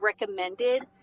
recommended